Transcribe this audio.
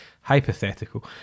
hypothetical